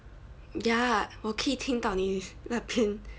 ya 我可以听到你那边